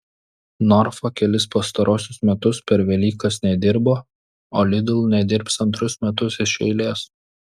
norfa kelis pastaruosius metus per velykas nedirbo o lidl nedirbs antrus metus iš eilės